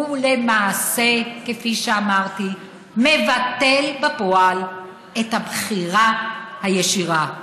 ולמעשה, כפי שאמרתי, מבטל בפועל את הבחירה הישירה.